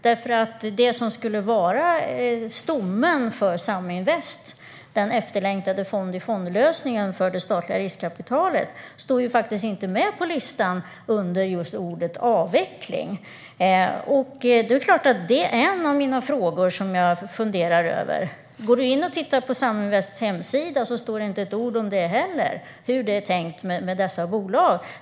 Det som skulle vara stommen för Saminvest, den efterlängtade fond-i-fond-lösningen för det statliga riskkapitalet, står nämligen inte med på listan under ordet "avveckling". Det är klart att det är en av de frågor jag funderar över. På Saminvests hemsida står inte ett ord om hur det är tänkt med dessa bolag.